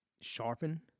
sharpen